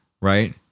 Right